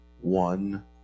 one